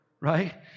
right